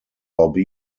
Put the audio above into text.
lobby